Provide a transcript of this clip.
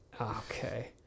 Okay